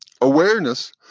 Awareness